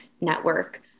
network